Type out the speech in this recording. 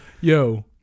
Yo